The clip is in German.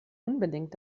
unbedingt